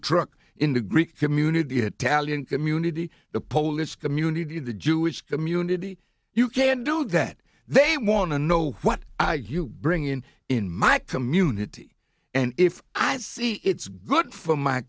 truck in the greek community italian community the polish community the jewish community you can do that they wanna know what you bring in in my community and if i see it's good for my